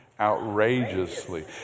outrageously